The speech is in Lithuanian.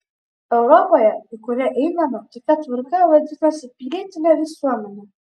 europoje į kurią einame tokia tvarka vadinasi pilietine visuomene